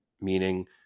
meaning